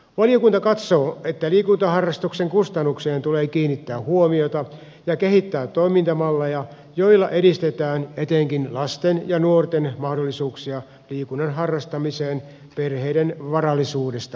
valiokunta katsoo että liikuntaharrastuksen kustannukseen tulee kiinnittää huomiota ja kehittää toimintamalleja joilla edistetään etenkin lasten ja nuorten mahdollisuuksia liikunnan harrastamiseen perheiden varallisuudesta riippumatta